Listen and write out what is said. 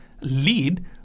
lead